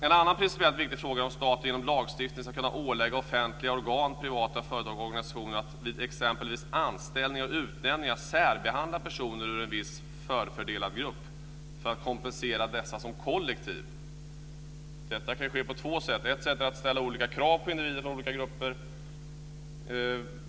En annan principiellt viktig fråga är om staten genom lagstiftning ska kunna ålägga offentliga organ och privata företag och organisationer att vid exempelvis anställningar och utnämningar särbehandla personer ur en viss förfördelad grupp för att kompensera denna som kollektiv. Detta kan ske på olika sätt. Ett sätt är att ställa olika krav på olika individer och grupper.